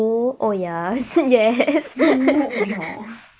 no oh ya